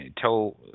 Tell